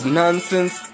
nonsense